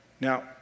Now